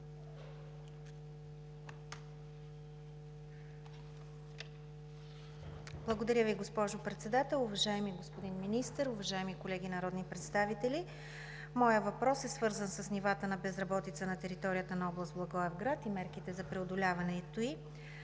Благодаря Ви, госпожо Председател. Уважаеми господин Министър, уважаеми колеги народни представители! Моят въпрос е свързан с нивата на безработица на територията на област Благоевград и мерките за преодоляването ѝ.